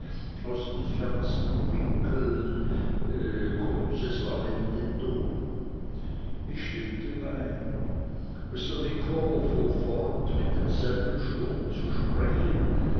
aus den fernsten winkeln kurz es war neben dem dom ich stimmte bei mr micawber fuhr fort mit demselben schwung zu sprechen